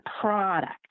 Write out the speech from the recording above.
product